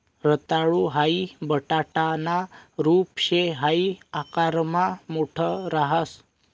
रताळू हाई बटाटाना रूप शे हाई आकारमा मोठ राहस